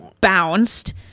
bounced